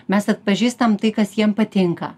mes atpažįstam tai kas jiem patinka